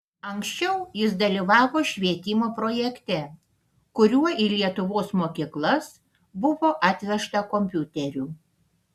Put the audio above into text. anksčiau jis dalyvavo švietimo projekte kuriuo į lietuvos mokyklas buvo atvežta kompiuterių